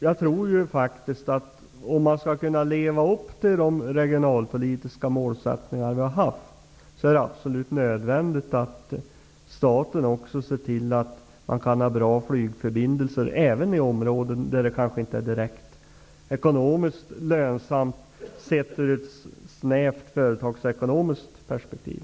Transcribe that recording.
Jag tror faktiskt, att om man skall kunna leva upp till de regionalpolitiska mål vi har haft är det absolut nödvändigt att staten också ser till att man kan ha bra flygförbindelser även i områden där det kanske inte är direkt ekonomiskt lönsamt sett ur ett snävt företagsekonomiskt perspektiv.